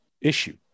issue